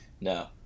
No